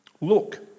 Look